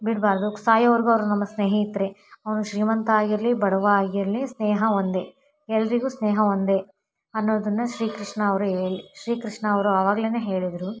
ಬಿಡಬಾರ್ದು ಸಾಯೋವರೆಗೂ ಅವರು ನಮ್ಮ ಸ್ನೇಹಿತರೇ ಅವನು ಶ್ರೀಮಂತ ಆಗಿರಲಿ ಬಡವ ಆಗಿರಲಿ ಸ್ನೇಹ ಒಂದೇ ಎಲ್ಲರಿಗೂ ಸ್ನೇಹ ಒಂದೇ ಅನ್ನೋದನ್ನು ಶ್ರೀಕೃಷ್ಣ ಅವರು ಹೇಳಿ ಶ್ರೀಕೃಷ್ಣ ಅವರು ಆವಾಗ್ಲೇ ಹೇಳಿದ್ದರು